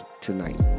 tonight